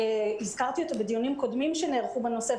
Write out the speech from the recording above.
הזכרתי אותו בדיונים קודמים שנערכו בנושא,